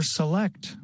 select